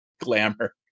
glamour